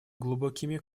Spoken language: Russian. глубокими